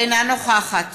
אינה נוכחת